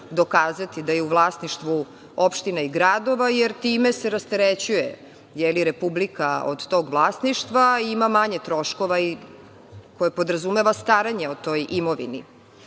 dokazati da je u vlasništvu opština i gradova i time se rasterećuje Republika od tog vlasništva i ima manje troškova koje podrazumeva staranje o toj imovini. Isto